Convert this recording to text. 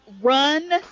Run